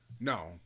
No